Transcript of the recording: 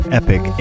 epic